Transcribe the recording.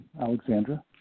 Alexandra